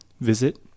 visit